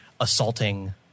assaulting